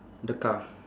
the car